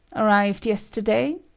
arrived yesterday?